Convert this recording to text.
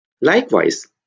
Likewise